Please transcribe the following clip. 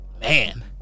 man